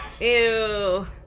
Ew